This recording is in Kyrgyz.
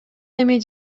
эми